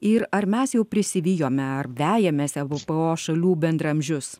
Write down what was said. ir ar mes jau prisivijome ar vejamės ebėpėo šalių bendraamžius